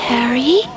Harry